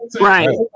Right